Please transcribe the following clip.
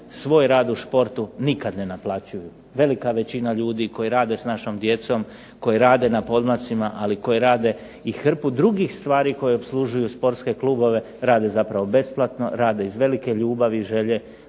svoj rad u športu nikad ne naplaćuju. Velika većina ljudi koji rade s našom djecom, koji rade na pomladcima, ali koji rade i hrpu drugih stvari koje opslužuju sportske klubove rade zapravo besplatno, rade iz velike ljubavi i želje